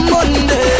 Monday